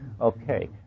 Okay